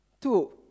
Two